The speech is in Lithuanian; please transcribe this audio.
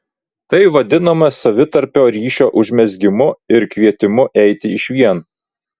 tai vadinama savitarpio ryšio užmezgimu ir kvietimu eiti išvien